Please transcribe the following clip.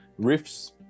riffs